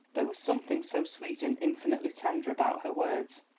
there was something so sweet and infinitely tender about her words,